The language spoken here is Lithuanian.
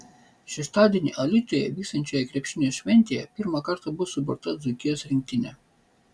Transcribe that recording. šeštadienį alytuje vyksiančioje krepšinio šventėje pirmą kartą bus suburta dzūkijos rinktinė